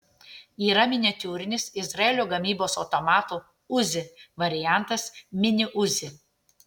yra miniatiūrinis izraelio gamybos automato uzi variantas mini uzi